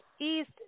East